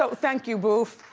so thank you, boof,